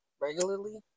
regularly